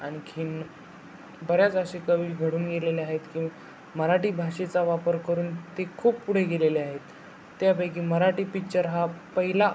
आणखीन बऱ्याच असे कवी घडून गेलेले आहेत की मराठी भाषेचा वापर करून ते खूप पुढे गेलेले आहेत त्यापैकी मराठी पिच्चर हा पहिला